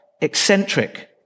eccentric